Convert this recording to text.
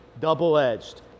double-edged